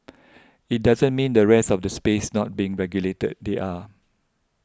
it doesn't mean the rest of the space not being regulated they are